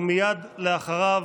ומייד אחריו,